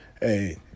hey